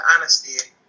honesty